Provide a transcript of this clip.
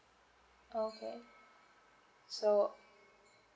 okay so